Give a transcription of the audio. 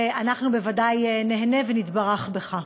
ואנחנו בוודאי נהנה ונתברך בך.